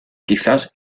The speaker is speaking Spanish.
quizás